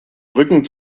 rücken